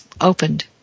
opened